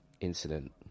incident